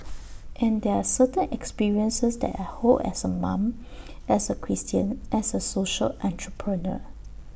and there are certain experiences that I hold as A mom as A Christian as A social entrepreneur